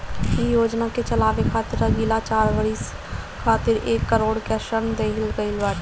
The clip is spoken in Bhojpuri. इ योजना के चलावे खातिर अगिला चार बरिस खातिर एक करोड़ कअ ऋण देहल गईल बाटे